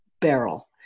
barrel